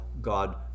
God